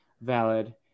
Valid